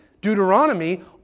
Deuteronomy